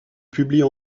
publient